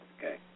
Okay